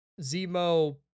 Zemo